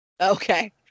Okay